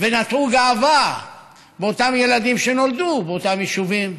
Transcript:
ונטעו גאווה באותם ילדים שנולדו באותם יישובים,